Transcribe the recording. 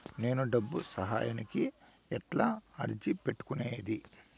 నేను డబ్బు సహాయానికి ఎట్లా అర్జీ పెట్టుకునేది?